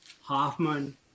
Hoffman